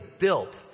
built